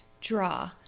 draw